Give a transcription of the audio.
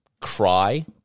cry